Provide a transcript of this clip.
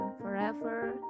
forever